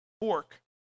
pork